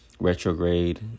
retrograde